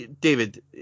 David